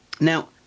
Now